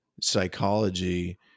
psychology